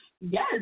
yes